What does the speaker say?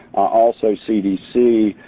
also cdc.